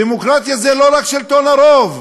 דמוקרטיה זה לא רק שלטון הרוב.